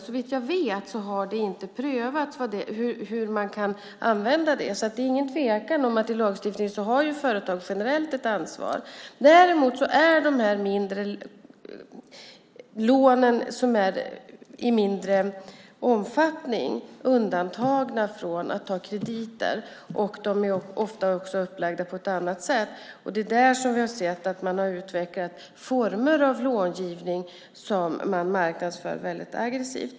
Såvitt jag vet har man dock inte prövat hur det kan användas, men det är ingen tvekan om att företag generellt har ett ansvar enligt lagstiftningen. Däremot är de mindre lånen undantagna från kreditprövning, och de är ofta också upplagda på ett annat sätt. Där har vi sett att man utvecklat former för långivning som marknadsförs mycket aggressivt.